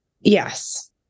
Yes